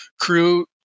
crew